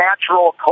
natural